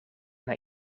naar